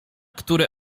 które